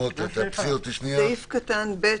"(ב)